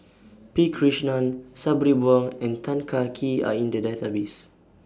P Krishnan Sabri Buang and Tan Kah Kee Are in The Database